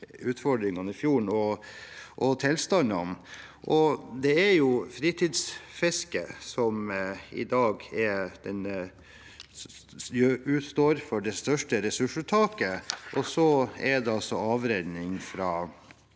utfordringene i fjorden, og om tilstanden. Det er fritidsfiske som i dag står for det største ressursuttaket, og så er det avrenning fra landbruket